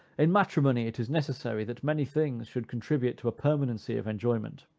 in matrimony it is necessary that many things should contribute to a permanency of enjoyment.